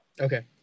okay